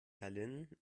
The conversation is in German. tallinn